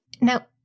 Now